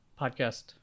podcast